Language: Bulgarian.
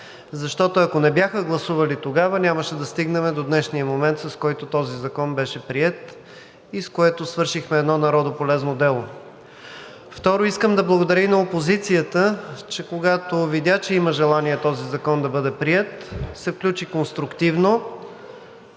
Защото, ако не бяха гласували тогава, нямаше да стигнем до днешния момент, в който този закон беше приет и с което свършихме едно народополезно дело. Второ, искам да благодаря и на опозицията, че когато видя, че има желание този закон да бъде приет, се включи конструктивно.